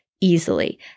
easily